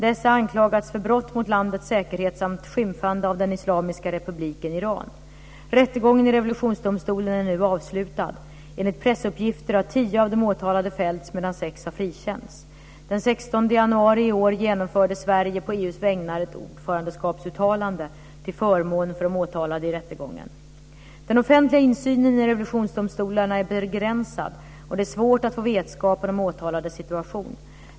Dessa har anklagats för brott mot landets säkerhet samt skymfande av Islamiska republiken Iran. Rättegången i revolutionsdomstolen är nu avslutad. Enligt pressuppgifter har tio av de åtalade fällts medan sex har frikänts. Den 16 januari 2001 genomförde Sverige på EU:s vägnar ett ordförandeskapsuttalande till förmån för de åtalade i rättegången. Den offentliga insynen i revolutionsdomstolarna är begränsad, och det är svårt att få vetskap om de åtalades situation.